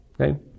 Okay